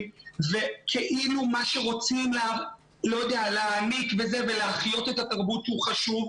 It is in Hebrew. וכאילו מה שרוצים להעניק ולהחיות את התרבות הוא חשוב,